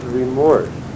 remorse